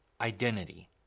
identity